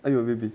and will baby